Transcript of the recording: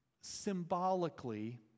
symbolically